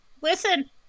Listen